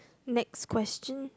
next question